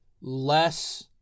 less